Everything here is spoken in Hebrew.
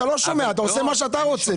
אתה לא שומע אלא אתה עושה מה שאתה רוצה.